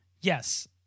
Yes